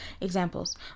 examples